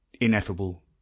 ineffable